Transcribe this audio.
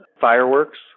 Fireworks